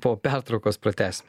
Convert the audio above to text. po pertraukos pratęsim